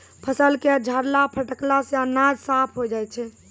फसल क छाड़ला फटकला सें अनाज साफ होय जाय छै